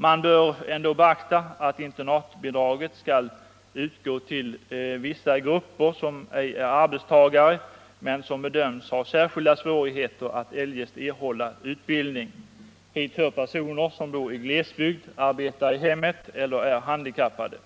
Man bör ändå beakta att internatbidraget skall utgå till vissa grupper som ej är arbetstagare men som bedöms ha särskilda svårigheter att eljest erhålla utbildning. Hit hör personer som bor i glesbygd, arbetar i hemmet eller är handikappade.